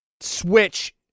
Switch